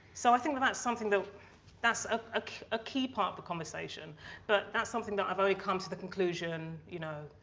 so i think but that's something that that's a key key part of the conversation but that's something that i've always come to the conclusion, you know,